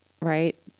right